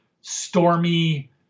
stormy